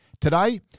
Today